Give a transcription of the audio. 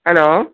hello